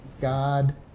God